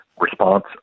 response